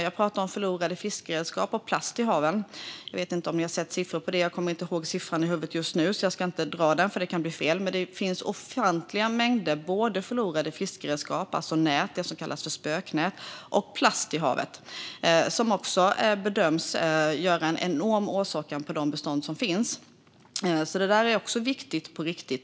Jag pratar om förlorade fiskeredskap och om plast i haven. Jag vet inte om ledamöterna har sett siffror på det. Jag kommer inte ihåg siffran i huvudet just nu, så jag ska inte dra den då det kan bli fel. Men det finns ofantliga mängder förlorade fiskeredskap, alltså nät - det som kallas för spöknät - och plast i havet som också bedöms innebära en enorm påfrestning på de bestånd som finns. Detta är också viktigt på riktigt.